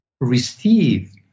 receive